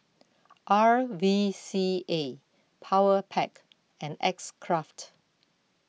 R V C A Powerpac and X Craft